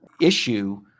issue